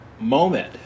moment